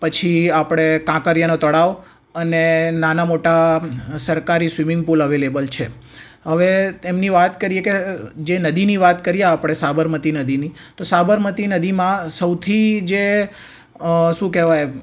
પછી આપણે કાંકરિયાનો તળાવ અને નાના મોટા સરકારી સ્વિમિંગ પુલ અવેલેબલ છે હવે એમની વાત કરીએ કે જે નદીની વાત કરીએ જે આપણે સાબરમતીની સાબરમતી નદીમાં સૌથી જે શું કહેવાય